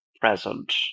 present